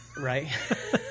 right